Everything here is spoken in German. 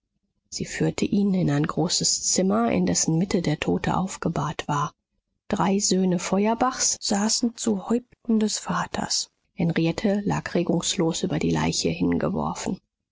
sie führte ihn in ein großes zimmer in dessen mitte der tote aufgebahrt war drei söhne feuerbachs saßen zu häupten des vaters henriette lag regungslos über die leiche hingeworfen